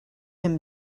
him